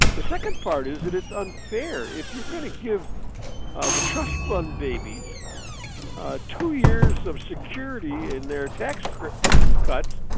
the second part is that it's unfair. if you're going to give the trust fund babies two years of security in their tax cuts